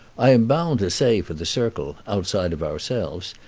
i am bound to say for the circle, outside of ourselves,